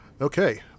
Okay